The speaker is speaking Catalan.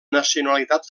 nacionalitat